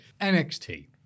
NXT